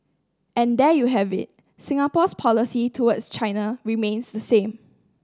and there you have it Singapore's policy towards China remains the same